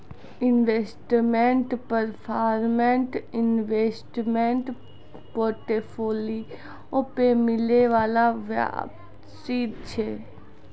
investment performance investment portfolio पे मिलै बाला वापसी छै